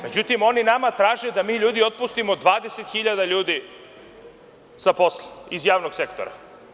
Međutim, oni nama traže da mi ljudi otpustimo 20.000 ljudi sa posla iz javnog sektora.